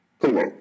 Hello